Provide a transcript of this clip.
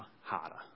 harder